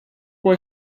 può